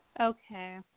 Okay